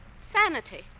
sanity